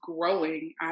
growing